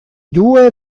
due